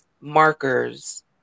markers